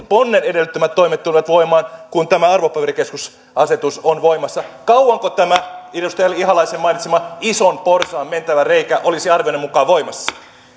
ponnen edellyttämät toimet tulevat voimaan kun tämä arvopaperikeskusasetus on voimassa kauanko tämä edustaja ihalaisen mainitsema ison porsaan mentävä reikä olisi arvionne mukaan voimassa